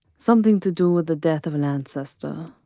something to do with the death of an ancestor.